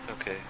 Okay